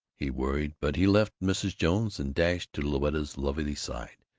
he worried, but he left mrs. jones and dashed to louetta's lovely side,